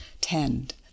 tend